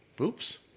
oops